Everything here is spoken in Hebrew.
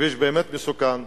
כביש באמת מסוכן.